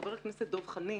חבר הכנסת דב חנין